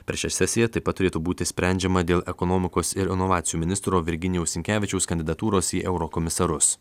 per šią sesiją taip pat turėtų būti sprendžiama dėl ekonomikos ir inovacijų ministro virginijaus sinkevičiaus kandidatūros į eurokomisarus